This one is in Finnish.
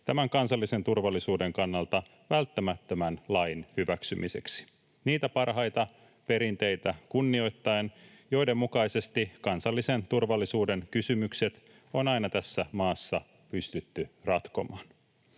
tämän kansallisen turvallisuuden kannalta välttämättömän lain hyväksymiseksi niitä parhaita perinteitä kunnioittaen, joiden mukaisesti kansallisen turvallisuuden kysymykset on aina tässä maassa pystytty ratkomaan.